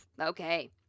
Okay